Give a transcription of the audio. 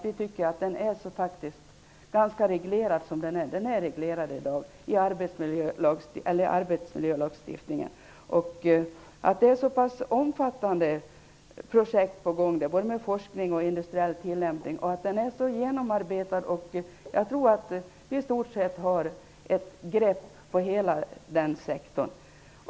Vi anser att den redan i dag är reglerad i arbetsmiljölagstiftningen. Det är så pass omfattande projekt på gång både med forskning och industriell tillämpning. Arbetsmiljölagstiftningen är genomarbetad och har ett grepp över hela denna sektor.